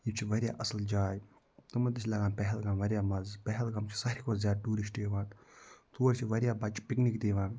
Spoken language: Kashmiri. یہِ چھِ واریاہ اَصٕل جاے تِمَن تہِ چھِ لگان پہلگام واریاہ مَزٕ پہلگام چھِ ساروی کھۄتہٕ زیادٕ ٹوٗرِسٹ یِوان تور چھِ واریاہ بَچہٕ پِکنِک تہِ یِوان